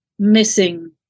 missing